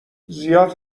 زیاد